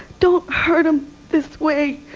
don't hurt them this way.